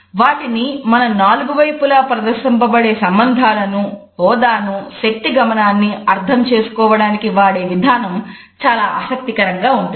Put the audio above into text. వాటిని మన నాలుగు వైపులా ప్రదర్శింపబడే సంబంధాలను హోదాను శక్తి గమనాన్ని అర్థం చేసుకోవడానికి వాడే విధానం చాలా ఆసక్తికరంగా ఉంటుంది